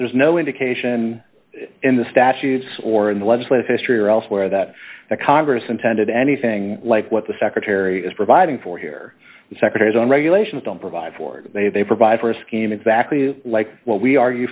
there's no indication in the statute or in the legislative history or elsewhere that congress intended anything like what the secretary is providing for here the secretary's own regulations don't provide for that they they provide for a scheme exactly like what we argue